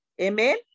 amen